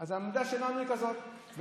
אז העמדה שלנו היא כזאת.